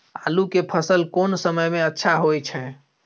आलू के फसल कोन समय में अच्छा होय छै?